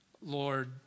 Lord